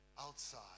outside